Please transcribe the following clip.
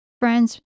Friends